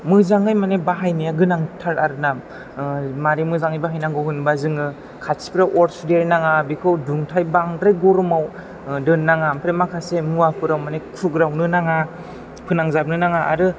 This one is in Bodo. मोजाङै माने बाहायनाया गोनांथार आरो ना माबोरै मोजाङै बाहायनांगौ होनबा जोङो खाथिफ्राव अर सुदेरनाङा बेखौ दुंथाइ बांद्राय गरमाव दोन्नो नाङा ओमफ्राय माखासे मुवाफोराव माने खुग्रावनो नाङा फोनांजाबनो नाङा आरो